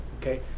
okay